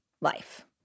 life